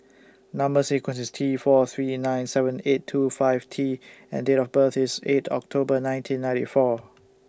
Number sequence IS T four three nine seven eight two five T and Date of birth IS eight October nineteen ninety four